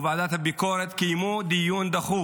מה אנחנו מדמיינים,